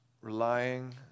relying